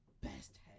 best